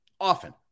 often